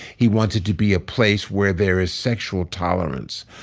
he wants it to be a place where there is sexual tolerance,